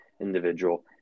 individual